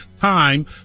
time